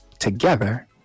Together